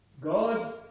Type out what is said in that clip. God